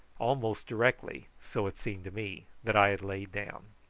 almost directly, so it seemed to me, that i had lain down.